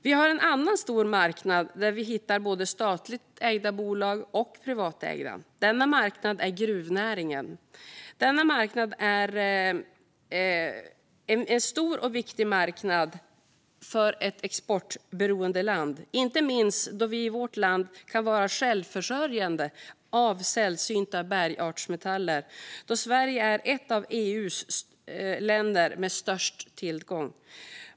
Vi har en annan stor marknad där vi hittar både statligt ägda bolag och privatägda: gruvnäringen. Det är en stor och viktig marknad för ett exportberoende land, inte minst för att vi i vårt land kan vara självförsörjande när det gäller sällsynta bergartsmetaller då Sverige är ett av EU:s länder med störst tillgång.